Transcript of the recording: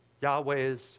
Yahweh's